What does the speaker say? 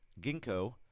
ginkgo